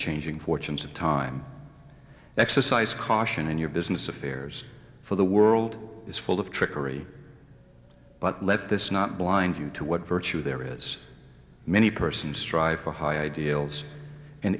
changing fortunes of time exercise caution in your business affairs for the world is full of trickery but let this not blind you to what virtue there is many persons strive for high ideals and